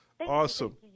Awesome